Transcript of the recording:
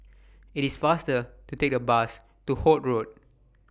IT IS faster to Take The Bus to Holt Road